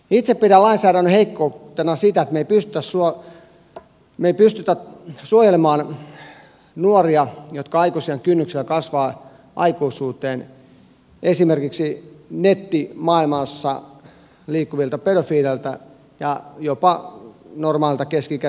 itse pidän lainsäädännön heikkoutena sitä että me emme pysty suojelemaan nuoria jotka aikuisiän kynnyksellä kasvavat aikuisuuteen esimerkiksi nettimaailmassa liikkuvilta pedofiileilta ja jopa normaaleilta keski ikäisiltä miehiltä